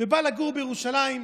ובא לגור בירושלים,